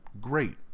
Great